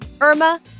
Irma